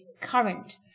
current